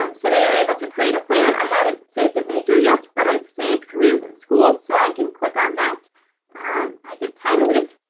um so they are able to create a plan. i haven't saved a major yet, but i've saved careers and schools so i can click on that i can title my